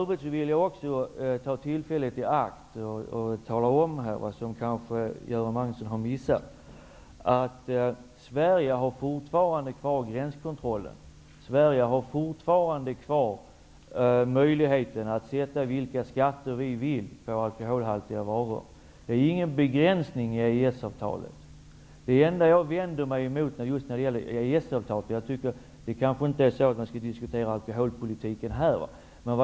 Jag vill ta tillfället i akt och tala om en sak som Göran Magnusson kanske har missat, nämligen att Sverige fortfarande har gränskontrollen kvar och möjligheten att sätta de skatter som vi vill på alkoholhaltiga varor. Det är ingen begränsning i EES-avtalet därvidlag. Men vi kanske inte skall diskutera alkoholpolitiken här.